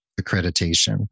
accreditation